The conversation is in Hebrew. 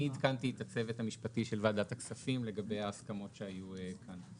אני עדכנתי את הצוות המשפטי של ועדת הכספים לגבי ההסכמות שהיו כאן.